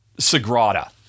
Sagrada